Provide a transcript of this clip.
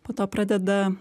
po to pradeda